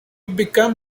became